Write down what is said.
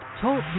Talk